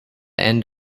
end